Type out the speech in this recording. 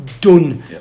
done